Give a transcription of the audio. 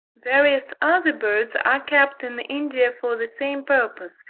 various other birds are kept in india for the same purpose,